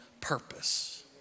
purpose